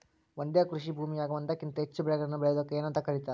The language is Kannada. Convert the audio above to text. ಒಂದೇ ಕೃಷಿ ಭೂಮಿಯಾಗ ಒಂದಕ್ಕಿಂತ ಹೆಚ್ಚು ಬೆಳೆಗಳನ್ನ ಬೆಳೆಯುವುದಕ್ಕ ಏನಂತ ಕರಿತಾರಿ?